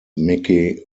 mickey